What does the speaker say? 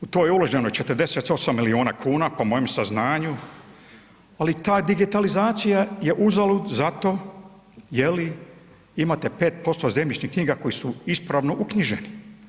U to je uloženo 48 milijuna kuna po mojem saznanju, ali ta je digitalizacija uzalud zato, je li, imate 5% zemljišnih knjiga koje su ispravno uknjižene.